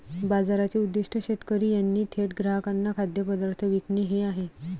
बाजाराचे उद्दीष्ट शेतकरी यांनी थेट ग्राहकांना खाद्यपदार्थ विकणे हे आहे